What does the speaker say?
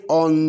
on